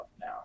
now